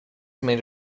made